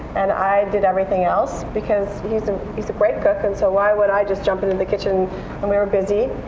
and i did everything else, because he's and he's a great cook, and so why would i just jump into the kitchen when we're busy?